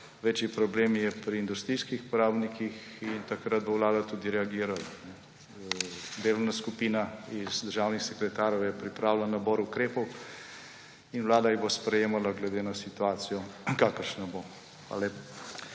večji problem je pri industrijskih porabnikih, in takrat bo vlada tudi reagirala. Delovna skupina, sestavljena iz državnih sekretarjev, je pripravila nabor ukrepov in vlada jih bo sprejemala glede na situacijo, kakršna bo. Hvala lepa.